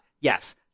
yes